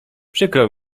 przykro